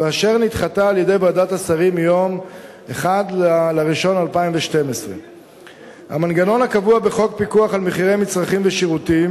ואשר נדחתה על-ידי ועדת השרים ביום 1 בינואר 2012. המנגנון הקבוע בחוק פיקוח על מחירי מצרכים ושירותים